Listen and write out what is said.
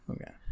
Okay